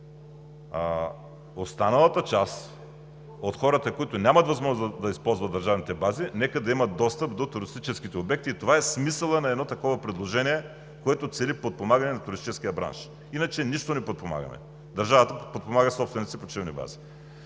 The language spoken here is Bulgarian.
Останалата част от хората, които нямат възможност да използват държавните бази, нека да имат достъп до туристическите обекти. Това е смисълът на едно такова предложение, което цели подпомагане на туристическия бранш. Иначе нищо не подпомагаме – държавата подпомага собствените си почивни бази.